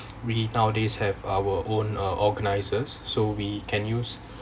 really nowadays have our own uh organizers so we can use